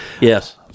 yes